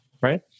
right